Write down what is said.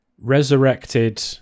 resurrected